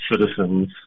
citizens